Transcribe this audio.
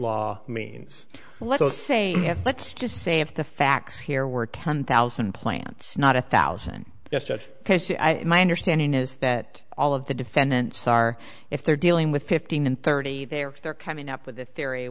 law means what the same let's just say if the facts here were come thousand plants not a thousand yes judge my understanding is that all of the defendants are if they're dealing with fifteen and thirty they are they're coming up with a theory